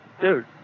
Dude